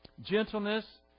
gentleness